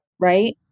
right